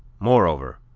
moreover,